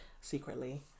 secretly